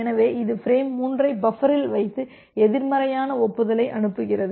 எனவே இது பிரேம் 3 ஐ பஃபரில் வைத்து எதிர்மறையான ஒப்புதலை அனுப்புகிறது